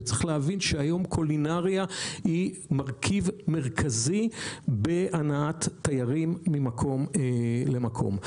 וצריך להבין שהיום קולינריה היא מרכיב מרכזי בהנעת תיירים ממקום למקום.